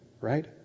right